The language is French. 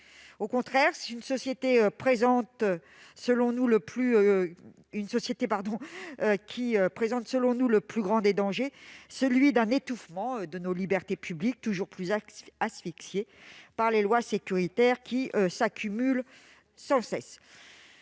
Selon nous, cette société présente le plus grand des dangers : celui d'un étouffement de nos libertés publiques, toujours plus asphyxiées par les lois sécuritaires qui s'accumulent sans cesse.